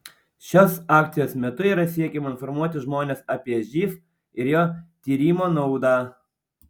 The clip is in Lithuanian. šios akcijos metu yra siekiama informuoti žmones apie živ ir jo tyrimo naudą